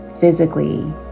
physically